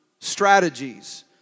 strategies